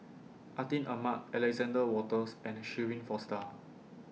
Atin Amat Alexander Wolters and Shirin Fozdar